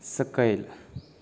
सकयल